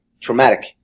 traumatic